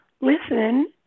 listen